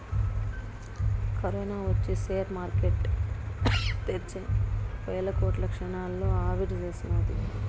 corona ఒచ్చి share market తెచ్చే వేల కోట్లు క్షణాల్లో ఆవిరిసేసినాది